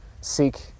seek